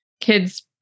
kids